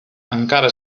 encara